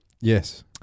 Yes